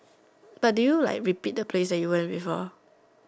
but do you like repeat the place that you went before